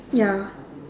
ya